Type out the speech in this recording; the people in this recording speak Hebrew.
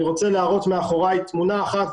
אני רוצה להראות מאחוריי תמונה אחת,